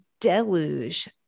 deluge